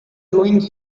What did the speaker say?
doing